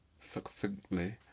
succinctly